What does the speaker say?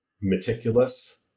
meticulous